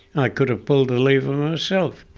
i could have pulled the lever myself.